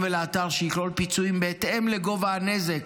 ולאתר שיכלול פיצויים בהתאם לגובה הנזק,